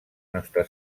nostra